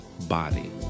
body